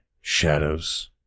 Shadows